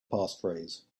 passphrase